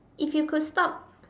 if you could stop